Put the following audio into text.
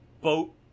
boat